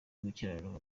gukiranuka